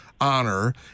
honor